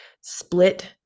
split